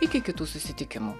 iki kitų susitikimų